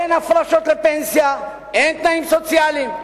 אין הפרשות לפנסיה, אין תנאים סוציאליים.